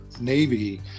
navy